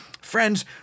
Friends